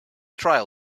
trial